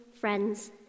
friends